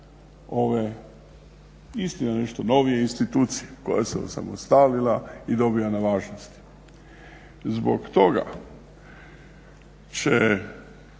ove istina nešto ove institucije koja se osamostalila i dobila na važnosti. Zbog toga će